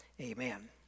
amen